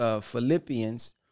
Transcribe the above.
Philippians